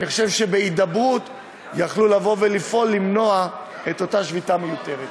אני חושב שבהידברות יכלו לבוא ולפעול ולמנוע את אותה שביתה מיותרת.